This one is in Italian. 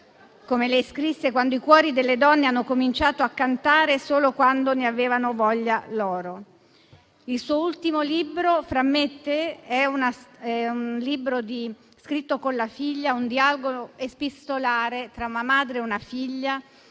come lei scrisse - quando i cuori delle donne hanno cominciato a cantare, solo quando ne avevano voglia loro. Il suo ultimo libro, «Fra me e te», scritto con la figlia, è un dialogo epistolare tra una madre e una figlia